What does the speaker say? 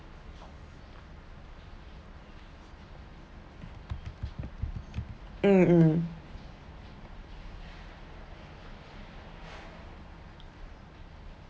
mm mm